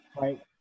right